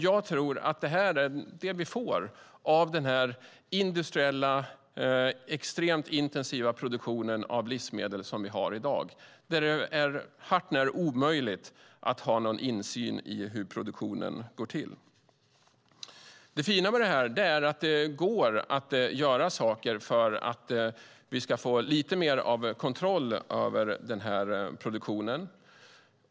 Jag tror att detta är vad vi får av den industriella och extremt intensiva produktion av livsmedel som vi har i dag, där det är hart när omöjligt att ha någon insyn i hur produktionen går till. Det fina med detta är att det går att göra saker för att vi ska få lite mer kontroll över produktionen.